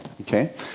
Okay